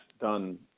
done